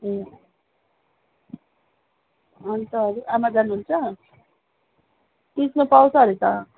ए अनि त अरू आमा जानुहुन्छ सिस्नु पाउँछ अरे त